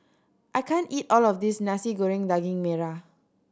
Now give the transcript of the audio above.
I can't eat all of this Nasi Goreng Daging Merah